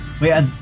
wait